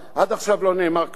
עד עכשיו לא נאמר כלום,